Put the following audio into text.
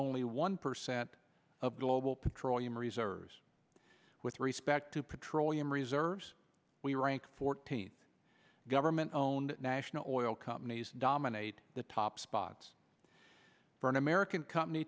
only one percent of global petroleum reserves with respect to petroleum reserves we rank fourteen government owned national oil companies dominate the top spots for an american company